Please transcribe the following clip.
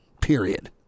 period